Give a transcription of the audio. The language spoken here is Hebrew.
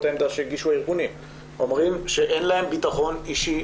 העמדה שהגישו הארגונים אומרים שאין להם ביטחון אישי